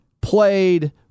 played